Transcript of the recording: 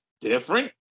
different